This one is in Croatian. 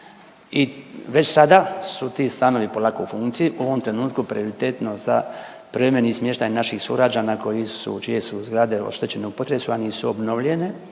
I već sada su sada ti stanovi polako u funkciji u ovom trenutku prioritetno za privremeni smještaj naših sugrađana koji su, čije su zgrade oštećene u potresu, a nisu obnovljene